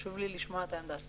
חשוב לי לשמוע את העמדה שלך.